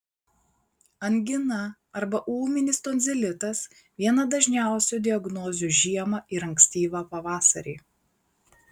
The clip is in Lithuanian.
angina arba ūminis tonzilitas viena dažniausių diagnozių žiemą ir ankstyvą pavasarį